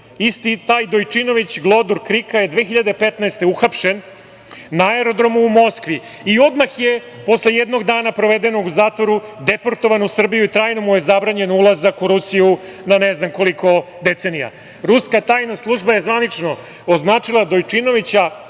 isti taj Dojčinović, glodor KRIK-a je 2015. godine uhapšen na aerodromu, u Moskvi i odmah je posle jednog dana provedenog u zatvoru, deportovan u Srbiju i trajno mu je zabranjen ulazak u Rusiju, na ne znam koliko decenija. Ruska tajna služba je zvanično označila Dojčinovića,